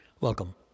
Welcome